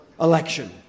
election